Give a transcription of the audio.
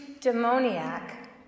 demoniac